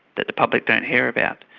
that the public don't hear about.